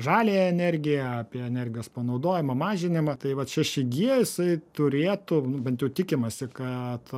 žaliąją energiją apie energijos panaudojimą mažinimą tai vat šeši gie jisai turėtų nu bent jau tikimasi kad